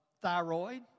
thyroid